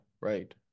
right